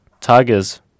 Tigers